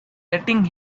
letting